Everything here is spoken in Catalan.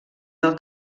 del